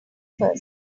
first